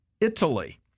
Italy